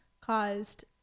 caused